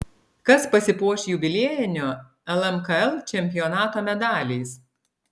kas pasipuoš jubiliejinio lmkl čempionato medaliais